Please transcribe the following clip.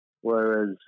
whereas